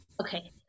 Okay